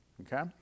Okay